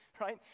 right